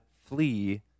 flee